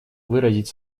выразить